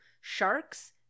Sharks